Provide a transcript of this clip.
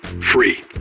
Free